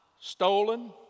stolen